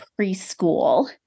preschool